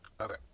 Okay